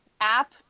app